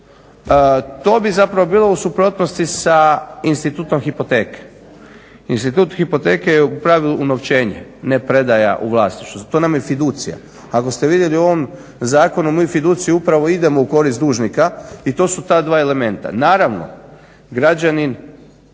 to bi bilo u suprotnosti sa institutom hipoteke. Institut hipoteke je u pravilu unovčenje, ne predaja u vlasništvo, to nam je fiducija. Ako ste vidjeli u ovom zakonu mi fiduciju upravo idemo u korist dužnika i to su ta dva elementa. Naravno građanin